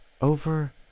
over